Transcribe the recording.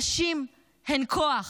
נשים הן כוח.